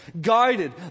guided